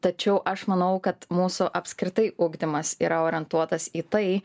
tačiau aš manau kad mūsų apskritai ugdymas yra orientuotas į tai